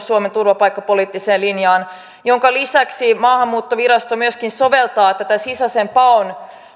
suomen turvapaikkapoliittiseen linjaan minkä lisäksi maahanmuuttovirasto myöskin soveltaa tätä sisäisen paon